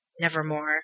nevermore